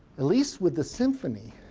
at least with the symphony